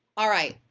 alright.